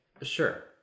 Sure